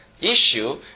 issue